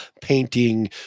painting